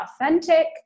authentic